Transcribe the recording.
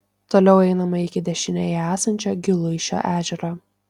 toliau einama iki dešinėje esančio giluišio ežero